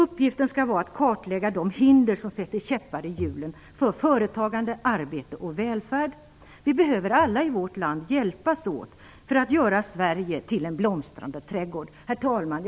Uppgiften skall vara att kartlägga de hinder som sätter käppar i hjulen för företagande, arbete och välfärd. Vi behöver alla i vårt land hjälpas åt för att göra Sverige till en blomstrande trädgård. Herr talman!